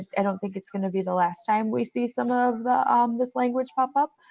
i don't think it's going to be the last time we see some of um this language pop up.